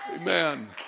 Amen